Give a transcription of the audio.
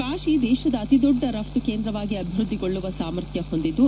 ಕಾಶಿ ದೇಶದ ಅತಿ ದೊಡ್ಡ ರವ್ತು ಕೇಂದ್ರವಾಗಿ ಅಭಿವೃದ್ಧಿಗೊಳ್ಳುವ ಸಾಮರ್ಥ್ಯ ಹೊಂದಿದ್ದು